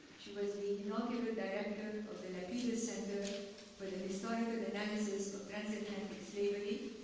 she was the inaugural director of the lapidus center for the historical analysis of transatlantic slavery.